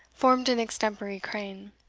formed an extempore crane,